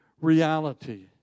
reality